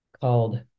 called